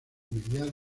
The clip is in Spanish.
mediados